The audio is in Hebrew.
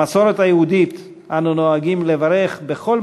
במסורת היהודית אנו נוהגים לברך בכל